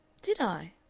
did i?